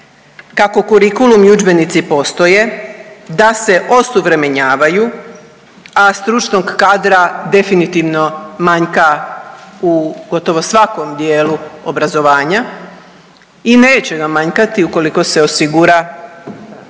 Kako kurikulumi i udžbenici postoje da se osuvremenjavaju, a stručnog kadra definitivno manjka u gotovo svakom dijelu obrazovanja i neće nam manjkati ukoliko se osigura